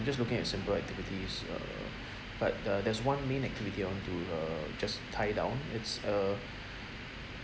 just looking at simple activities uh but uh there's one main activity I want to uh just tie down it's uh